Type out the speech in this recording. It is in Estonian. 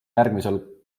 järgmisel